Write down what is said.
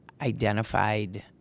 identified